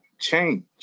Change